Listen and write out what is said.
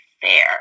fair